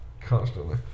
constantly